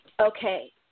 okay